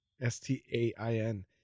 s-t-a-i-n